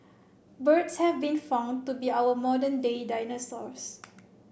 birds have been found to be our modern day dinosaurs